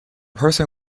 person